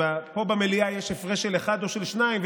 פה במליאה יש הפרש של אחד או של שניים,